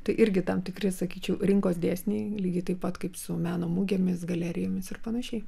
tai irgi tam tikri sakyčiau rinkos dėsniai lygiai taip pat kaip su meno mugėmis galerijomis ir panašiai